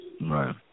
Right